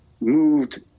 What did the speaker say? moved